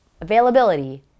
availability